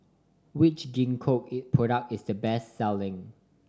which Gingko is product is the best selling